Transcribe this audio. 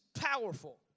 powerful